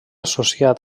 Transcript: associat